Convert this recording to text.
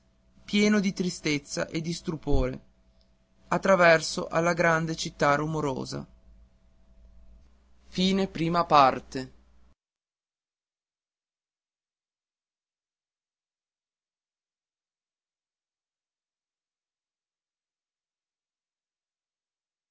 pieno di tristezza e di stupore a traverso alla grande città rumorosa